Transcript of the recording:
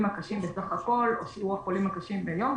הקשים בסך הכול או שיעור החולים הקשים ביום,